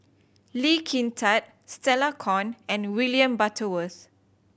Lee Kin Tat Stella Kon and William Butterworth